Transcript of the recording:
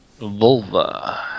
Vulva